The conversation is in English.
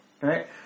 Right